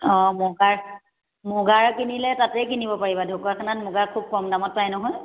অঁ মুগাৰ মুগাৰ কিনিলে তাতেই কিনিব পাৰিবা ঢকুৱাখানাত মুগা খুব কম দামত পায় নহয়